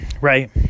right